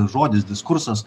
žodis diskursas